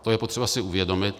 To je potřeba si uvědomit.